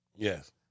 Yes